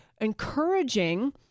encouraging